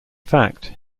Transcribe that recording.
fact